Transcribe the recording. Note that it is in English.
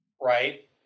Right